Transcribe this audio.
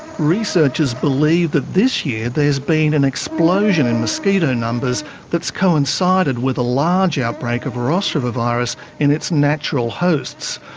researchers believe that this year there's been an explosion in mosquito numbers that has coincided with a large outbreak of ross river virus in its natural hosts,